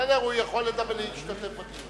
בסדר, הוא יכול להשתתף בדיון.